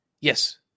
Yes